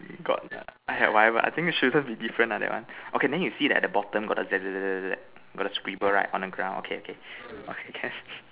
got !aiya! whatever I think shouldn't be different lah that one okay then you see at the bottom got the Z Z Z Z Z got the scribble right on the ground okay okay okay can